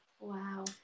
Wow